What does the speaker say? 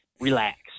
relax